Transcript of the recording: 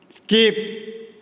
skip